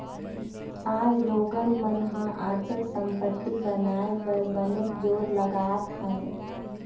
आज लोगन मन ह अचल संपत्ति बनाए बर बनेच जोर लगात हें